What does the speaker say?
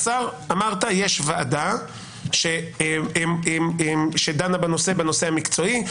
אמרת יש ועדה שדנה בנושא המקצועי,